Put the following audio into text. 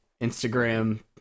Instagram